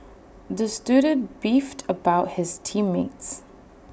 the student beefed about his team mates